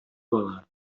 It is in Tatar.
бала